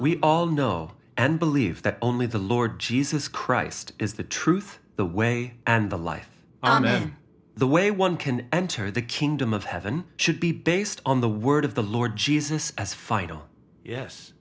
we all know and believe that only the lord jesus christ is the truth the way and the life amen the way one can enter the kingdom of heaven should be based on the word of the lord jesus